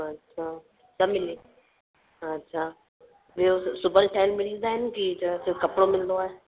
अच्छा सभु मिली अच्छा ॿियो सिॿियल ठहियल मिलंदा आहिनि की छा सिर्फ़ु कपिड़ो मिलंदो आहे